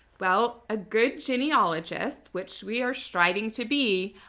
well a good genealogist, which we are striving to be,